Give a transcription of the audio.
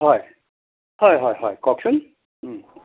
হয় হয় হয় হয় কওকচোন ও